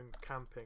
camping